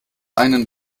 einen